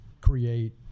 create